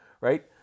right